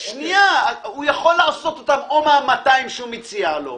הוא יכול לעשות אותן או מה-200 שהוא מציע לו,